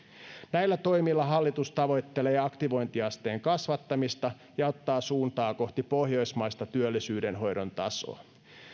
näillä toimilla hallitus tavoittelee aktivointiasteen kasvattamista ja ottaa suuntaa kohti pohjoismaista työllisyydenhoidon tasoa